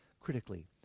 critically